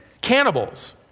cannibals